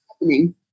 happening